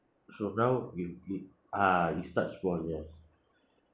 so now we we ah we start smaller